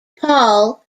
paul